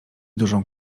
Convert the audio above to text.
dużą